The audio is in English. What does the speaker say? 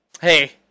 hey